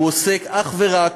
הוא עוסק אך ורק